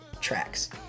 tracks